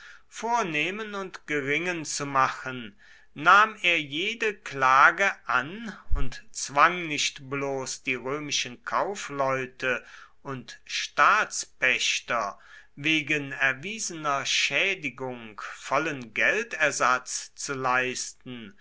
vornehmen und geringen zu machen nahm er jede klage an und zwang nicht bloß die römischen kaufleute und staatspächter wegen erwiesener schädigungen vollen geldersatz zu leisten